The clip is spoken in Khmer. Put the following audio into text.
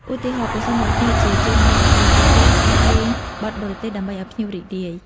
ឧទាហរណ៍ប្រសិនបើភ្ញៀវជាជនបរទេស ពួកគេអាចលេងបទបរទេសដើម្បីឱ្យភ្ញៀវរីករាយ។